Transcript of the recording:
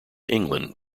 england